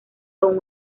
con